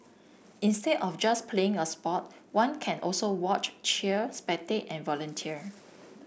instead of just playing a sport one can also watch cheer spectate and volunteer